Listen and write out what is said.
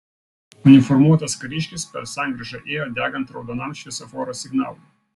uniformuotas kariškis per sankryžą ėjo degant raudonam šviesoforo signalui